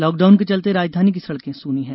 lockdown के चलते राजधानी की सड़कें सूनी हैं